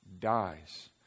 dies